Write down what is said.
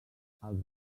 els